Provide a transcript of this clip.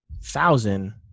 thousand